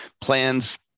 plans